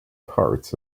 parts